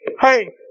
hey